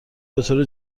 بطور